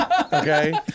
Okay